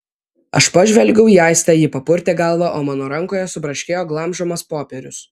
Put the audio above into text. aš pažvelgiau į aistę ji papurtė galvą o mano rankoje subraškėjo glamžomas popierius